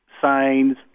signs